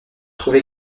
trouve